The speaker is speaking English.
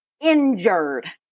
injured